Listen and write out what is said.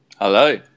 Hello